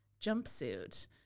jumpsuit